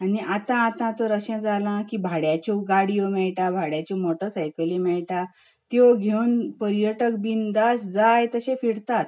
आनी आतां आतां तर अशें जालां की भाड्याच्यो गाडयो मेळटात भाड्याच्यो मोटरसायकली मेळटात त्यो घेवन पर्यटक बिंदास जाय तशें फिरतात